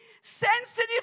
sensitive